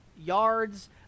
yards